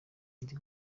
ndi